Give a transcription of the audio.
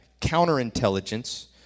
counterintelligence